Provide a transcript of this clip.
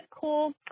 cool